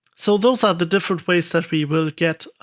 so those are the different ways that we will get